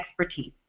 expertise